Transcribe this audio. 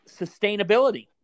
sustainability